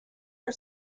her